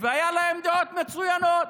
והיו להם דעות מצוינות,